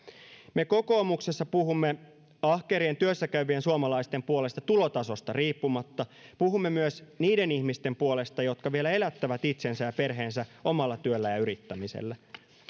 me kokoomuksessa puhumme ahkerien työssäkäyvien suomalaisten puolesta tulotasosta riippumatta puhumme myös niiden ihmisten puolesta jotka vielä elättävät itsensä ja perheensä omalla työllään ja yrittämisellään